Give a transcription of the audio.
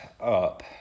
up